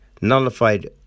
Nullified